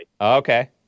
Okay